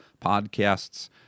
podcasts